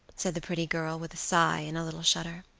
said the pretty girl with a sigh and a little shudder.